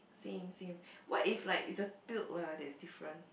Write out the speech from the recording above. same same what if like it's a tilt lah that is different